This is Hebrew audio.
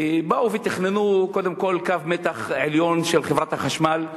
באו ותכננו קודם כול קו מתח עליון של חברת החשמל.